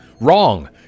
Wrong